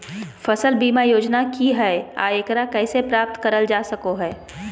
फसल बीमा योजना की हय आ एकरा कैसे प्राप्त करल जा सकों हय?